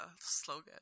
slogan